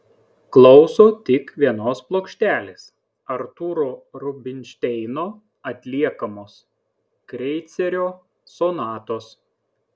klauso tik vienos plokštelės artūro rubinšteino atliekamos kreicerio sonatos